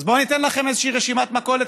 אז בואו אני אתן לכם איזו רשימת מכולת,